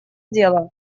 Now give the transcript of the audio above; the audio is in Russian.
дела